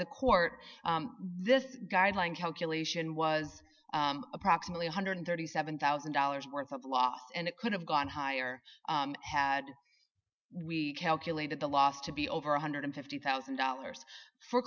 the court this guideline calculation was approximately one hundred and thirty seven thousand dollars worth of loss and it could have gone higher had we calculated the loss to be over one hundred and fifty thousand dollars for